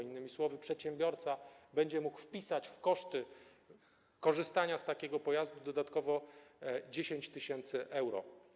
Innymi słowy, przedsiębiorca będzie mógł wpisać w koszty korzystania z takiego pojazdu dodatkowo 10 tys. euro.